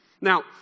Now